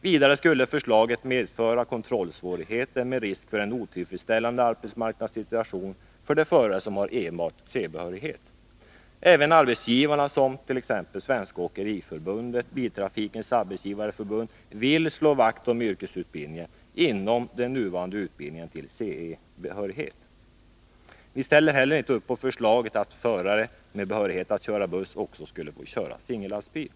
Vidare skulle förslaget medföra kontrollsvårigheter med risk för en otillfredsställande arbetsmarknadssituation för de förare som har enbart C-behörighet. Även arbetsgivarna — t.ex. Svenska åkeriförbundet och Biltrafikens arbetsgivareförbund — vill slå vakt om yrkesutbildningen inom den nuvarande utbildningen till CE-behörighet. Vi ställer, som jag nämnde, inte heller upp på förslaget att förare med behörighet att köra buss också skall få köra singellastbil.